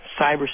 cyber